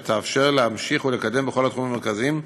תאפשר להמשיך ולקדם בכל התחומים המרכזיים,